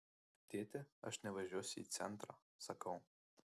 tėti aš nevažiuosiu į centrą sakau